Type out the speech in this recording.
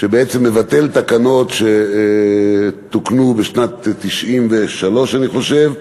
שמבטל תקנות שתוקנו בשנת 1993, אני חושב,